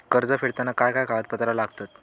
कर्ज फेडताना काय काय कागदपत्रा लागतात?